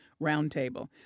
roundtable